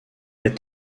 est